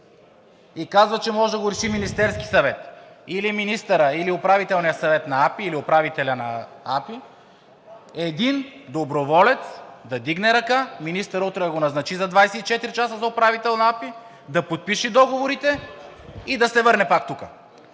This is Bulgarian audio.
и казва, че може да го реши Министерският съвет или министърът, или управителният съвет на АПИ, или управителят на АПИ, един доброволец да вдигне ръка, министърът утре да го назначи за 24 часа за управител на АПИ, да подпише договорите и да се върне пак тук.